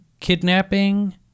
kidnapping